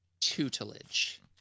tutelage